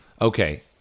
Okay